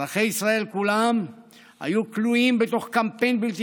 אזרחי ישראל כולם היו כלואים בתוך קמפיין בלתי